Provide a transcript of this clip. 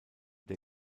der